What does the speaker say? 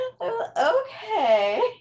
okay